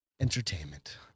Entertainment